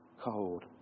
cold